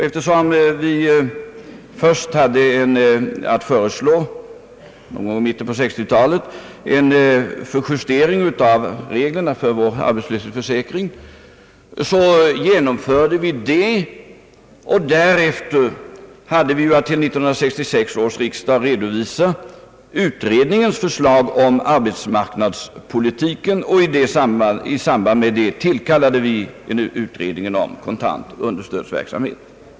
Eftersom vi först hade att föreslå — någon gång i mitten på 1960-talet — en justering av reglerna för vår arbetslöshetsförsäkring, genomförde vi den, och därefter hade vi att till 1966 års riksdag redovisa utredningens förslag om arbetsmarknadspolitiken. I samband därmed tillkallade vi utredningen om kontant understödsverksamhet.